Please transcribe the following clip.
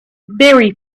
very